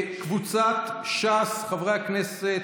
קבוצת סיעת ש"ס, חברי הכנסת,